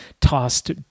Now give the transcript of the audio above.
tossed